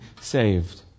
saved